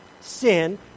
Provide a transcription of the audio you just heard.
sin